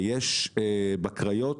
ויש בקריות,